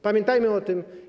Pamiętajmy o tym.